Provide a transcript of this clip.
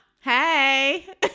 Hey